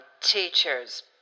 teacher's